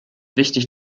wichtig